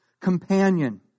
companion